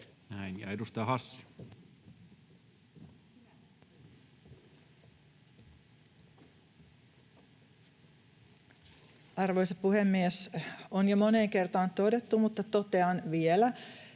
Arvoisa puhemies! On jo moneen kertaan todettu, mutta totean vielä,